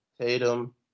Tatum